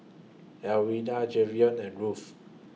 Alwilda Jayvion and Ruth